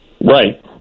Right